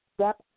step